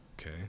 Okay